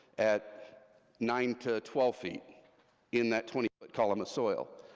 at nine to twelve feet in that twenty foot column of soil.